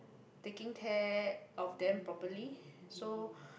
taking care of them properly so